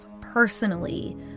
personally